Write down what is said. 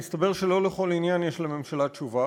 מסתבר שלא על כל עניין יש לממשלה תשובה,